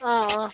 অঁ অঁ